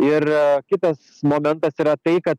ir kitas momentas yra tai kad